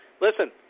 listen